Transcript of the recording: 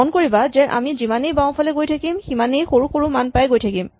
মন কৰিবা যে আমি যিমানেই বাওঁফালে গৈ থাকিম সিমানেই সৰু সৰু মান পায় গৈ থাকিম